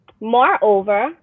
Moreover